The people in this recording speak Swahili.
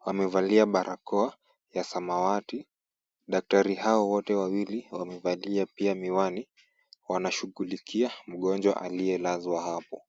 wamevalia barakoa ya samawati. Daktari hao wote wawili wamevalia pia miwani wanashughulikia mgonjwa aliyelazwa hapo.